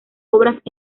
obras